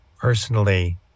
personally